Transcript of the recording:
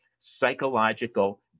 psychological